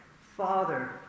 Father